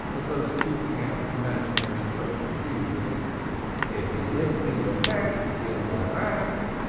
as though scooping out imaginary kosher cheese with it if you lend me your cat to kill my rat,